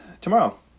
tomorrow